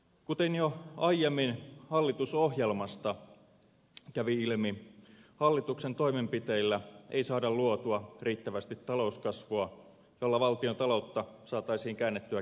kuten jo aiemmin hallitusohjelmasta kävi ilmi hallituksen toimenpiteillä ei saada luotua riittävästi talouskasvua jolla valtiontaloutta saataisiin käännettyä kestävälle pohjalle